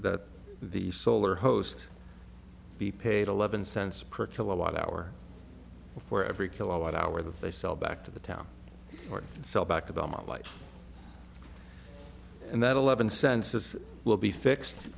that the solar host be paid eleven cents per kilowatt hour for every kilowatt hour that they sell back to the town or sell back about my life and that eleven senses will be fixed